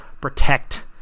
protect